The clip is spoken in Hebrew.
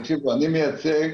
תקשיבי לי טוב,